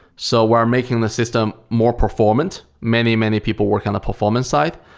so we're making the system more performance. many, many people working on the performance side,